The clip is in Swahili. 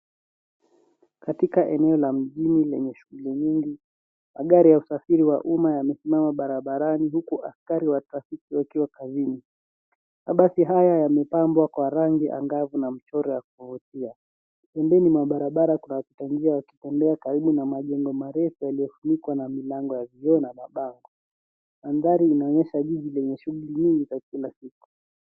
Katika eneo la mjini lenye shughuli nyingi. Magari ya usafiri wa umma yamesimama barabarani huku askari wa trafiki wakiwa kazini. Mabasi haya yamepambwa kwa rangi angavu na mchoro ya kuvutia. Pembeni mwa barabara kuna wapita njia wakitembea karibu na majengo marefu yaliyofunikwa na milango ya vioo na mabango. Mandhari inaonyesha jiji lenye shughuli nyingi za kila siku.